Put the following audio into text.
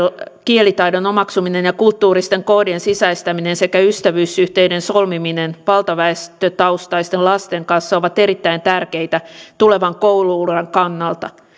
kielitaidon omaksuminen ja kulttuuristen koodien sisäistäminen sekä ystävyyssuhteiden solmiminen valtaväestötaustaisten lasten kanssa on erittäin tärkeää tulevan koulu uran kannalta